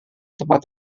tepat